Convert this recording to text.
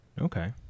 Okay